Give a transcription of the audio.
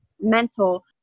mental